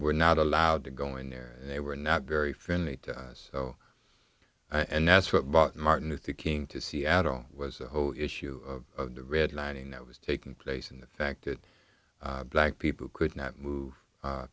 were not allowed to go in there and they were not very friendly to us so and that's what about martin luther king to seattle was a whole issue of the red lining that was taking place in the fact that black people could not move